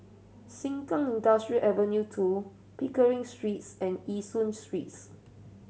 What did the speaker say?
Sengkang Industrial Ave Two Pickering Streets and Yishun Streets